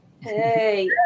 Hey